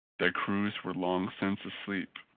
their crews were long since asleep.